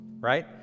right